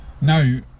Now